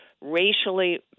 racially